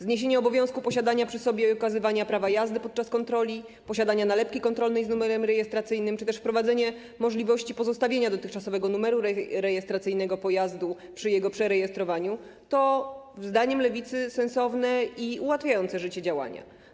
Zniesienie obowiązku posiadania przy sobie i okazywania prawa jazdy podczas kontroli, posiadania nalepki kontrolnej z numerem rejestracyjnym czy też wprowadzenie możliwości pozostawienia dotychczasowego numeru rejestracyjnego pojazdu przy jego przerejestrowaniu to zdaniem Lewicy sensowne i ułatwiające życie działanie.